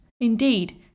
indeed